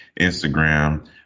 Instagram